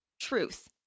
truth